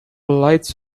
lights